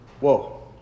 Whoa